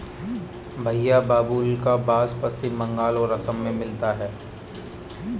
भईया बाबुल्का बास पश्चिम बंगाल और असम में मिलता है